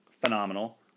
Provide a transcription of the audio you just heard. Phenomenal